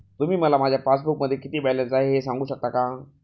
तुम्ही मला माझ्या पासबूकमध्ये किती बॅलन्स आहे हे सांगू शकता का?